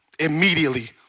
immediately